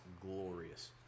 glorious